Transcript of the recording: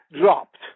dropped